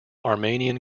armenian